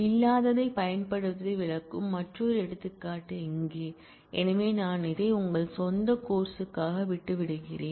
இல்லாததைப் பயன்படுத்துவதை விளக்கும் மற்றொரு எடுத்துக்காட்டு இங்கே எனவே நான் அதை உங்கள் சொந்த கோர்ஸ் க்காக விட்டு விடுகிறேன்